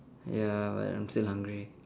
ya but I'm still hungry